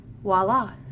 voila